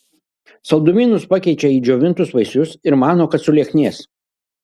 saldumynus pakeičia į džiovintus vaisius ir mano kad sulieknės